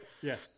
Yes